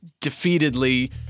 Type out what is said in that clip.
defeatedly